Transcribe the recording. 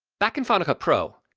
back in final cut pro,